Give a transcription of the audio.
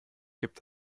gibt